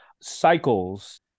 Cycles